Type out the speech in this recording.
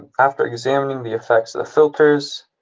after examining the effects of the filters,